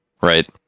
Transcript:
Right